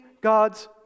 God's